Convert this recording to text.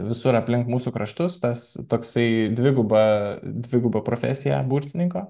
visur aplink mūsų kraštus tas toksai dviguba dviguba profesija burtininko